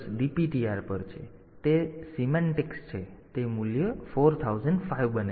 તેથી તે સિમેન્ટિક્સ છે તેથી તે મૂલ્ય 4005 બને છે